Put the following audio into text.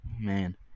man